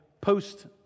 Post